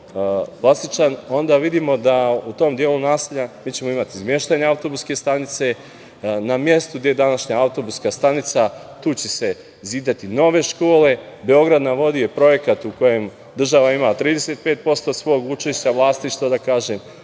onda vidimo da u tom delu naselja mi ćemo imati izmeštanje autobuske stanice. Na mestu gde je današnja autobuska stanica će se zidati nove škole, "Beograd na vodi" je projekat u kojem država ima 35% svog učešća vlasništva, da tako